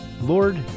Lord